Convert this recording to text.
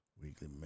Weekly